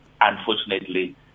unfortunately